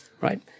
right